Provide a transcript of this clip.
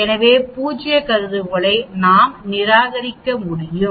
எனவே பூஜ்ய கருதுகோளை நாம் நிராகரிக்க முடியும்